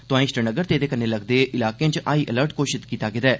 तोआईं श्रीनगर ते एहदे कन्नै लगदे इलाके च हाई अलर्ट घोशित कीता गेदा ऐ